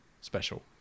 special